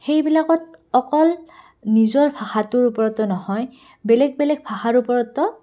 সেইবিলাকত অকল নিজৰ ভাষাটোৰ ওপৰতে নহয় বেলেগ বেলেগ ভাষাৰ ওপৰত